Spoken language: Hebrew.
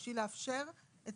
בשביל לאפשר את